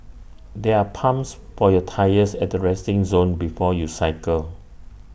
there're pumps for your tyres at the resting zone before you cycle